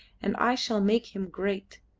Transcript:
and i shall make him great.